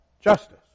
justice